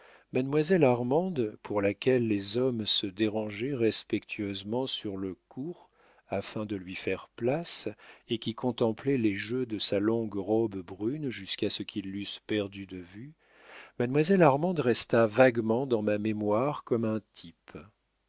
mademoiselle armande pour laquelle les hommes se dérangeaient respectueusement sur le cours afin de lui faire place et qui contemplaient les jeux de sa longue robe brune jusqu'à ce qu'ils l'eussent perdue de vue mademoiselle armande resta vaguement dans ma mémoire comme un type